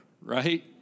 right